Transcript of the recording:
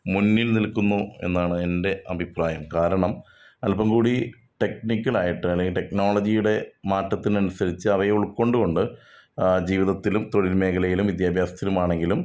മുന്നിൽ നിൽക്കുന്നു എന്നാണ് എൻ്റെ അഭിപ്രായം കാരണം അല്പം കൂടി ടെക്നിക്കലായിട്ട് അല്ലെങ്കിൽ ടെക്നോളജിയുടെ മാറ്റത്തിനനുസരിച്ച് അവയെ ഉൾക്കൊണ്ടുകൊണ്ട് ജീവിതത്തിലും തൊഴിൽ മേഖലയിലും വിദ്യാഭ്യാസത്തിലുമാണങ്കിലും